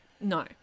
No